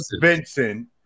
Vincent